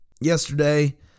Yesterday